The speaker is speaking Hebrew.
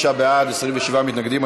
39 בעד, 27 מתנגדים.